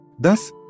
Thus